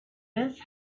this